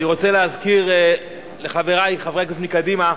אני רוצה להזכיר לחברי חברי הכנסת מקדימה,